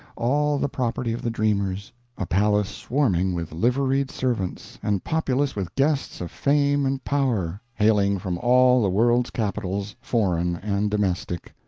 all the property of the dreamers a palace swarming with liveried servants, and populous with guests of fame and power, hailing from all the world's capitals, foreign and domestic.